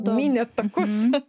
mynėt takus